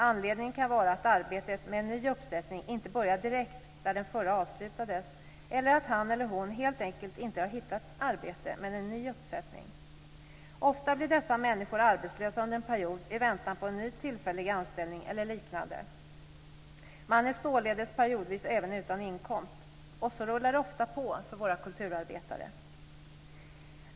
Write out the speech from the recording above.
Anledningen kan vara att arbetet med en ny uppsättning inte börjar direkt där den förra avslutades eller att han eller hon helt enkelt inte har hittat ett arbete med en ny uppsättning. Ofta blir dessa människor arbetslösa under en period i väntan på en ny tillfällig anställning eller liknande. Man är således periodvis även utan inkomst. Så rullar det ofta på för våra kulturarbetare.